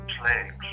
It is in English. plagues